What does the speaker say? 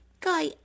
Guy